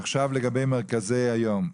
עכשיו לגבי מרכזי היום.